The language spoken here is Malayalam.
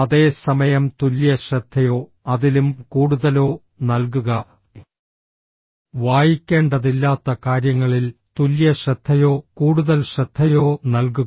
അതേ സമയം തുല്യ ശ്രദ്ധയോ അതിലും കൂടുതലോ നൽകുക വായിക്കേണ്ടതില്ലാത്ത കാര്യങ്ങളിൽ തുല്യ ശ്രദ്ധയോ കൂടുതൽ ശ്രദ്ധയോ നൽകുക